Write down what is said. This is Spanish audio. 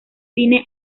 cine